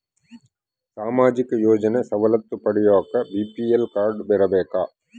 ಸಾಮಾಜಿಕ ಯೋಜನೆ ಸವಲತ್ತು ಪಡಿಯಾಕ ಬಿ.ಪಿ.ಎಲ್ ಕಾಡ್೯ ಇರಬೇಕಾ?